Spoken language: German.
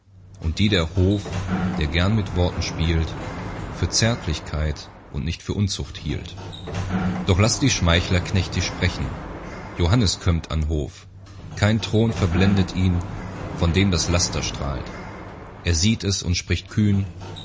und die der hof der gern mit worten spielt für zärtlichkeit und nicht für unzucht hielt doch laßt die schmeichler knechtisch sprechen johannes kömmt an hof kein thron verblendet ihn von dem das laster strahlt er sieht es und spricht kühn